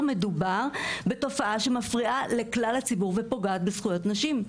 מדובר בתופעה שמפריעה לכלל הציבור ופוגעת בזכויות נשים.